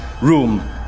room